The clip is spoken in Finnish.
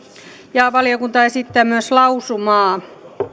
ja valiokunta esittää myös lausumaa